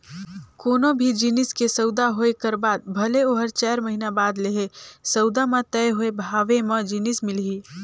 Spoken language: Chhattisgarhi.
कोनो भी जिनिस के सउदा होए कर बाद भले ओहर चाएर महिना बाद लेहे, सउदा म तय होए भावे म जिनिस मिलही